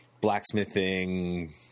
blacksmithing